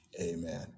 amen